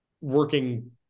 working